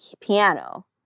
piano